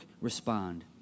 respond